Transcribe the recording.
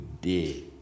day